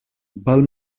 val